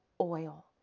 oil